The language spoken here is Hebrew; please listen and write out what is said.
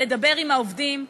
לדבר עם העובדים?